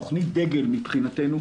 תוכנית דגל מבחינתנו,